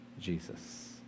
Jesus